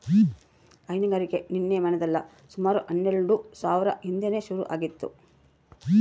ಹೈನುಗಾರಿಕೆ ನಿನ್ನೆ ಮನ್ನೆದಲ್ಲ ಸುಮಾರು ಹನ್ನೆಲ್ಡು ಸಾವ್ರ ಹಿಂದೇನೆ ಶುರು ಆಗಿತ್ತು